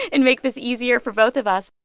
and make this easier for both of us?